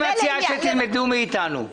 אני מציע שתלמדו מאתנו.